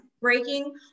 breaking